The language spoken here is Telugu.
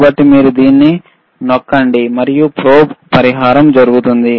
కాబట్టి మీరు దీన్ని నొక్కండి మరియు ప్రోబ్ పరిహారం జరుగుతుంది